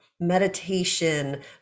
meditation